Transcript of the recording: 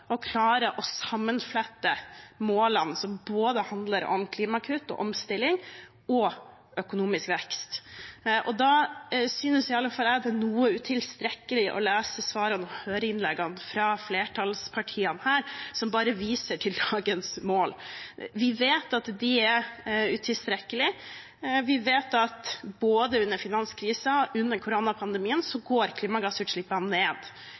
å klare å sammenflette målene som handler om både klimakutt og omstilling og økonomisk vekst. Da synes i alle fall jeg at det er noe utilstrekkelig å lese svarene og høre innleggene fra flertallspartiene her, som bare viser til dagens mål. Vi vet at de er utilstrekkelige. Vi vet at både under finanskrisen og under koronapandemien har klimagassutslippene gått ned.